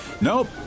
Nope